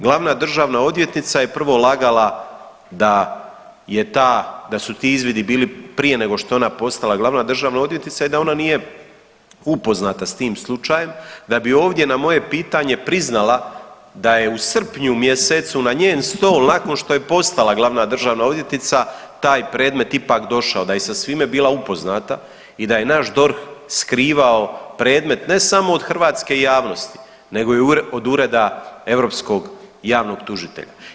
Glavna državna odvjetnica je prvo lagala da su ti izvidi bili prije nego što je ona postala glavna državna odvjetnica i da ona nije upoznata sa tim slučajem, da bi ovdje na moje pitanje priznala da je u srpnju mjesecu na njen stol nakon što je postala glavna državna odvjetnica taj predmet ipak došao, da je sa svime bila upoznata i da je naš DORH skrivao predmet ne samo od hrvatske javnosti, nego i od Ureda europskog javnog tužitelja.